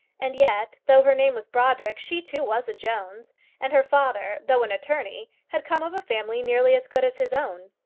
and yet, though her name was brodrick, she, too, was a jones and her father, though an attorney, had come of a family nearly as good as his own.